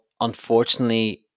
unfortunately